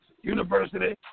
University